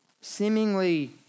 seemingly